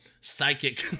Psychic